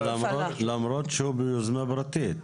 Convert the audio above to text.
למרות שהוא ביוזמה פרטית.